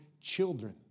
children